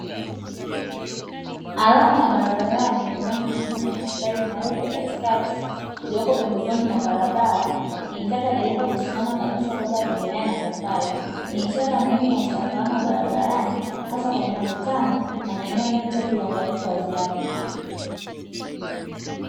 Alama ya barabarani ni rangi nyekundu na mstari mweupe katikati, iliyoko pembezoni mwa barabara, ikimtaka dereva kusimama kabisa kabla ya kuendelea na safari. Ni ishara muhimu ya usalama barabarani, hasa kwenye makutano na maeneo yanayohitaji uangalifu wa ziada.